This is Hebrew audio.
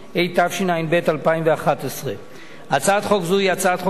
התשע"ב 2011. הצעת חוק זו היא הצעת חוק פרטית